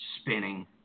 spinning